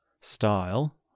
style